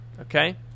Okay